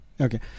Okay